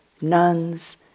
nuns